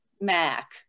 Mac